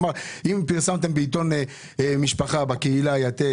כלומר אם פרסמתם בעיתון משפחה בקהילה כמו "יתד"